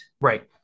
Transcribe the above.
Right